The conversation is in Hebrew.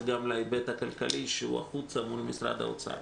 גם להיבט הכלכלי שהוא חיצוני מול משרד האוצר.